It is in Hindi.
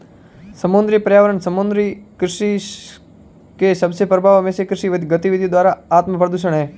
समुद्री पर्यावरण समुद्री कृषि के सबसे बड़े प्रभावों में से कृषि गतिविधियों द्वारा आत्मप्रदूषण है